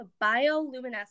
bioluminescence